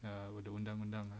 err undang-undang ah